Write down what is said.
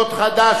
חד"ש,